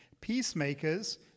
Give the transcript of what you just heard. Peacemakers